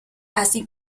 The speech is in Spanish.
así